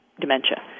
dementia